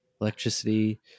electricity